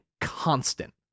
Constant